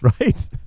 Right